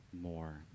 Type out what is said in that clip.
more